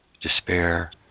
despair